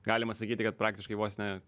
galima sakyti kad praktiškai vos ne